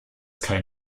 kein